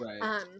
right